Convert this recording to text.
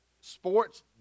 sports